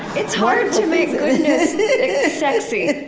it's hard to make good news sexy. it